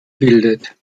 bildet